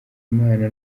imana